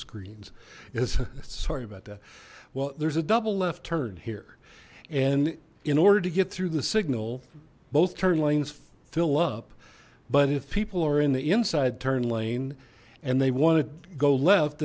screens is sorry about that well there's a double left turn here and in order to get through the signal both turn lanes fill up but if people are in the inside turn lane and they want to go left